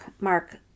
Mark